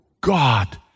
God